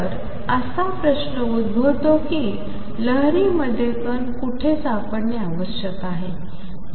तर असा प्रश्न उद्भवतो की लहरी मध्ये कण कुठे सापडणे आवश्यक आहे